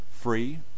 free